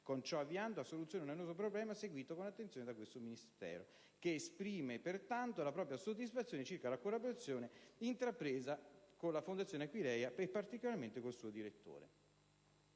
con ciò avviando a soluzione un annoso problema seguito con attenzione da questo Ministero che esprime, pertanto, la propria soddisfazione circa la collaborazione intrapresa con la Fondazione Aquileia e particolarmente col suo direttore.